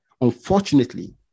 unfortunately